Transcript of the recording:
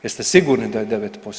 Jeste sigurni da je 9%